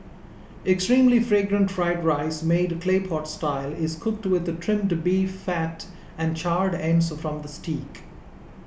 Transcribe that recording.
extremely Fragrant Fried Rice made Clay Pot Style is cooked with Trimmed Beef Fat and charred ends from the Steak